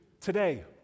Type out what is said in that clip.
today